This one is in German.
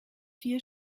vier